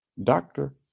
Doctor